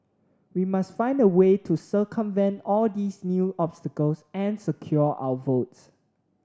we must find a way to circumvent all these new obstacles and secure our votes